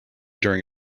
during